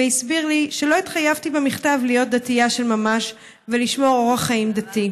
והסביר לי שלא התחייבתי במכתב להיות דתייה של ממש ולשמור אורח חיים דתי.